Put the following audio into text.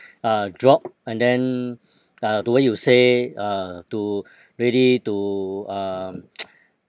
uh drop and then uh the way you say uh to really to um